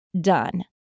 done